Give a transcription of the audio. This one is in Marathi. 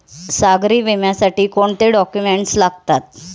सागरी विम्यासाठी कोणते डॉक्युमेंट्स लागतात?